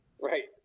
right